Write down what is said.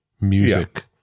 Music